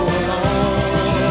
alone